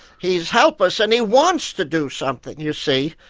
he's helpless, and he wants to do something you see,